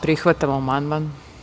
Prihvatamo amandman.